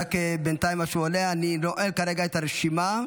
בינתיים, עד שהוא עולה, אני נועל כרגע את הרשימה.